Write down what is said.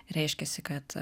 reiškiasi kad